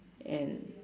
and